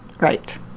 Right